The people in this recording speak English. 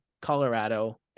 Colorado